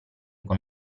con